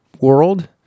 world